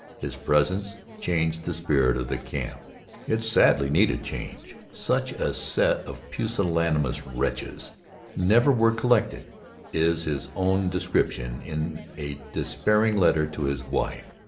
his presence changed the spirit of the camp it sadly needed change. such a set of pusillanimous wretches never were collected is his own description in a despairing letter to his wife.